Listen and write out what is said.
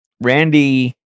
Randy